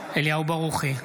אליהו ברוכי,